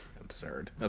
Absurd